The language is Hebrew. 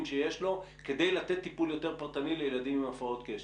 שיש לו כדי לתת טיפול יותר פרטני לילדים עם הפרעות קשב?